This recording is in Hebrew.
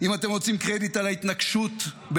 אם אתם רוצים קרדיט על ההתנקשות בהנייה,